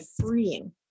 freeing